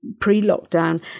pre-lockdown –